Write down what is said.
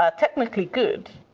ah technically good.